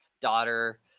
daughter